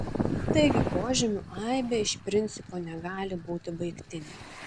taigi požymių aibė iš principo negali būti baigtinė